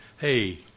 hey